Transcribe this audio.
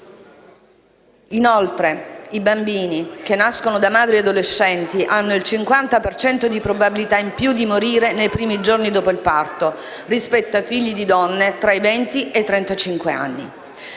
Inoltre, i bambini che nascono da madri adolescenti hanno il 50 per cento di probabilità in più di morire nei primi giorni dopo il parto, rispetto ai figli di donne tra i venti e i